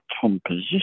composition